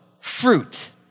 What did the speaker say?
fruit